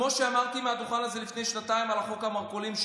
כמו שאמרתי מעל הדוכן הזה לפני שנתיים על חוק המרכולים,